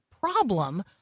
problem